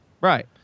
Right